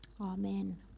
Amen